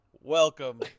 Welcome